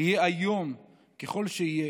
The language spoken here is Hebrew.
יהיה איום ככל שיהיה,